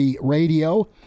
Radio